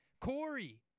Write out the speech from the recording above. Corey